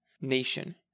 nation